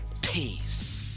Peace